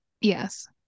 yes